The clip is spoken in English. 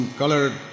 colored